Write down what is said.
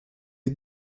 est